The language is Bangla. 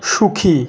সুখী